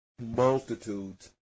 Multitudes